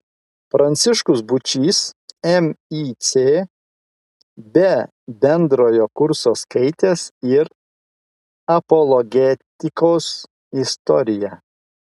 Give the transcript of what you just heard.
pranciškus būčys mic be bendrojo kurso skaitęs ir apologetikos istoriją